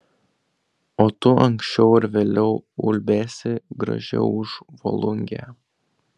o tu anksčiau ar vėliau ulbėsi gražiau už volungę